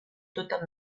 tota